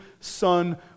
Son